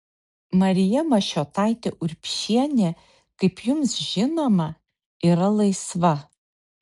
marija mašiotaitė urbšienė kaip jums žinoma yra laisva